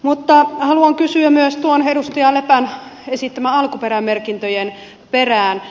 mutta haluan kysyä myös edustaja lepän esittämien alkuperämerkintöjen perään